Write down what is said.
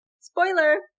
spoiler